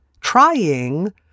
trying